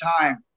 time